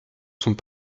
sont